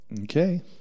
Okay